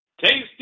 Tasty